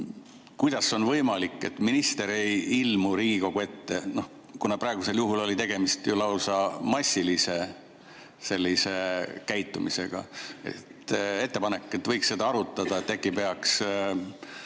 Kuidas on võimalik, et minister ei ilmu Riigikogu ette? Praegusel juhul oli tegemist lausa massilise sellise käitumisega. Ettepanek: võiks seda arutada, et äkki peaks